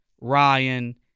Ryan